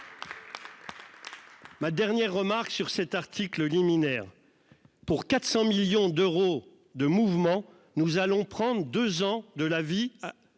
Ma dernière remarque sur cet article liminaire. Pour 400 millions d'euros de mouvements, nous allons prendre 2 ans de la vie.